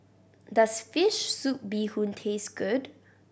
does fish soup bee hoon taste good